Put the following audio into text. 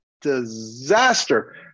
disaster